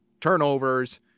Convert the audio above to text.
turnovers